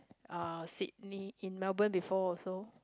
uh Sydney in Melbourne before also